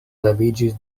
leviĝis